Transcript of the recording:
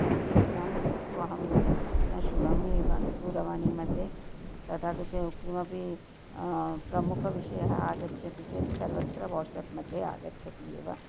नो चेत् इदानीं तु अहं न शृणोमि एव दूरवाणीमध्ये तदा तु किमपि प्रमुखविषयः आगच्छति चेत् सर्वत्र वाट्सप् मध्ये आगच्छति एव